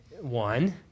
one